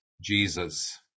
Jesus